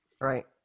Right